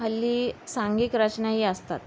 हल्ली सांघिक रचनाही असतात